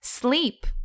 Sleep